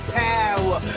power